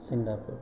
Singapore